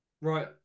right